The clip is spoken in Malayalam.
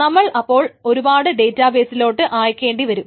നമ്മൾ അപ്പോൾ ഒരുപാട് ഡേറ്റാബേസിലോട്ട് അയക്കേണ്ടിവരും